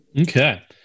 Okay